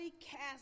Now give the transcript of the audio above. cast